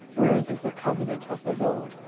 wherein is the covenant of the lord,